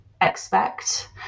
expect